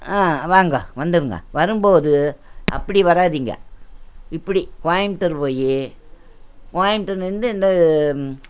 வாங்க வந்துடுங்கோ வரும் போது அப்படி வராதீங்க இப்படி கோயம்புத்தூர் போய் கோயம்புத்தூர்லேந்து இந்த